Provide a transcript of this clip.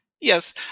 Yes